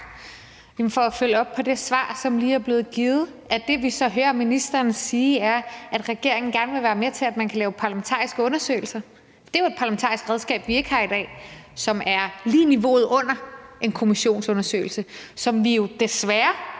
For at følge op på det svar, som lige er blevet givet, vil jeg høre, om det, vi så hører ministeren sige, er, at regeringen gerne vil være med til, at man kan lave parlamentariske undersøgelser. Det er jo et parlamentarisk redskab, vi ikke har i dag, som lige er niveauet under en kommissionsundersøgelse, og som vi jo desværre,